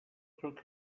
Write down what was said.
took